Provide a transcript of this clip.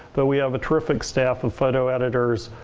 but we have a terrific staff of photo editors.